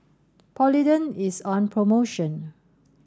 Polident is on promotion